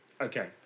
Okay